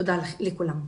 תודה לכולם.